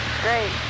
Great